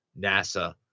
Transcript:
NASA